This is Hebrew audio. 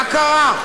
מה קרה?